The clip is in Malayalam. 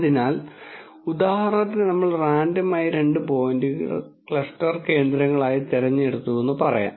അതിനാൽ ഉദാഹരണത്തിന് നമ്മൾ റാൻഡം ആയി രണ്ട് പോയിന്റുകൾ ക്ലസ്റ്റർ കേന്ദ്രങ്ങളായി തിരഞ്ഞെടുത്തുവെന്ന് പറയാം